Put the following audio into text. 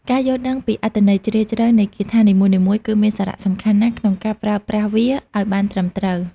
ការយល់ដឹងពីអត្ថន័យជ្រាលជ្រៅនៃគាថានីមួយៗគឺមានសារៈសំខាន់ណាស់ក្នុងការប្រើប្រាស់វាឱ្យបានត្រឹមត្រូវ។